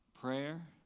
prayer